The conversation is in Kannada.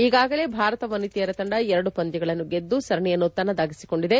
ಈಗಾಗಲೇ ಭಾರತ ವನಿತೆಯರ ತಂಡ ಎರಡು ಪಂದ್ಯಗಳನ್ನು ಗೆದ್ದು ಸರಣಿಯನ್ನು ತನ್ನದಾಗಿಸಿಕೊಂಡಿದೆ